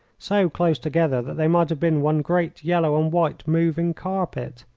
so close together that they might have been one great yellow and white moving carpet.